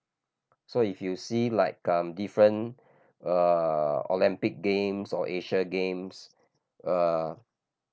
so if you see like um different uh Olympic games or Asia games ah